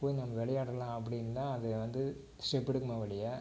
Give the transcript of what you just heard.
போய் நம்ம விளையாடலாம் அப்படின்னு தான் அது வந்து ஸ்டெப் எடுக்குமே ஒழிய